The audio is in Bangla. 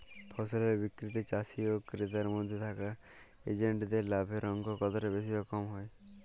ফসলের বিক্রিতে চাষী ও ক্রেতার মধ্যে থাকা এজেন্টদের লাভের অঙ্ক কতটা বেশি বা কম হয়?